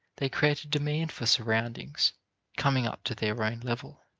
they create a demand for surroundings coming up to their own level.